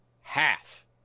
half